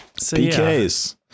PKs